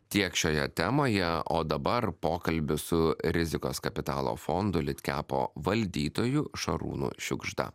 tiek šioje temoje o dabar pokalbių su rizikos kapitalo fondo litkepo valdytoju šarūnu šiugžda